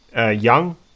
Young